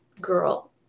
girl